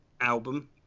album